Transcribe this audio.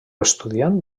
estudiant